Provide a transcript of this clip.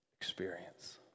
experience